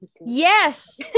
Yes